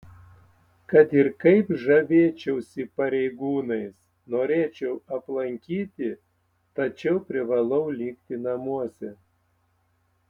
kad ir kaip žavėčiausi pareigūnais norėčiau aplankyti tačiau privalau likti namuose